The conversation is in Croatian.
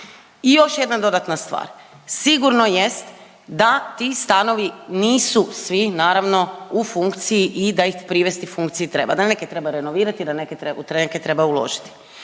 I još jedna dodatna stvar. Sigurno jest da ti stanovi nisu svi naravno u funkciji i da ih privesti funkciji treba, da neke treba renovirati, da u neke treba uložiti.